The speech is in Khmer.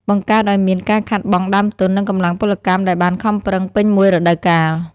បង្កើតឱ្យមានការខាតបង់ដើមទុន និងកម្លាំងពលកម្មដែលបានខំប្រឹងពេញមួយរដូវកាល។